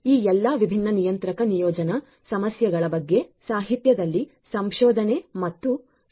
ಈ ಎಲ್ಲಾ ವಿಭಿನ್ನ ನಿಯಂತ್ರಕ ನಿಯೋಜನಾ ಸಮಸ್ಯೆಗಳ ಬಗ್ಗೆ ಸಾಹಿತ್ಯದಲ್ಲಿ ಸಂಶೋಧನೆ ಮತ್ತು ವಿವಿಧ ಪರಿಹಾರಗಳನ್ನು ಒದಗಿಸಲಾಗಿದೆ